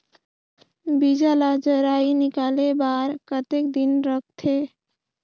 बीजा ला जराई निकाले बार कतेक दिन रखथे?